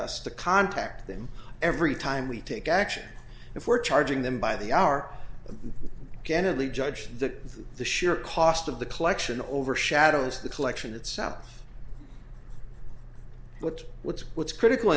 us to contact them every time we take action if we're charging them by the hour generally judge that the sheer cost of the collection overshadows the collection itself but what's what's critical